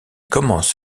commence